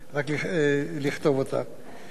באמצעות הרשות הלאומית לבטיחות בדרכים,